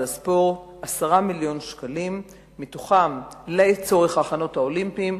הספורט 10 מיליוני שקלים לצורך ההכנות למשחקים האולימפיים,